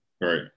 right